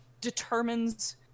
determines